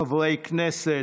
חברי הכנסת,